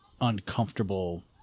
uncomfortable